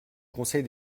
conseil